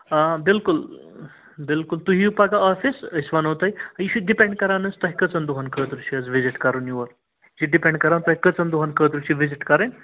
آ بِلکُل بِلکُل تُہۍ یِیِو پگاہ آفِس أسۍ وَنو تۄہہِ یہِ چھُ ڈِپٮ۪نٛڈ کران حظ تۄہہِ کٔژن دۄہن خٲطرٕ چھُ حظ وِزِٹ کرُن یور یہِ چھِ ڈِپٮ۪نٛڈ کران تۄہہِ کٔژن دۄہن خٲطرٕ چھِ وِزِٹ کرٕنۍ